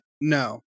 no